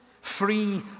free